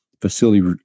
Facility